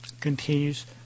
continues